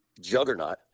juggernaut